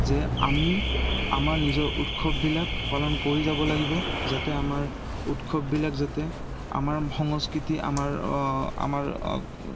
যে আমি আমাৰ নিজৰ উৎসৱবিলাক পালন কৰি যাব লাগিব যাতে আমাৰ উৎসৱবিলাক যাতে আমাৰ সংস্কৃতি আমাৰ আমাৰ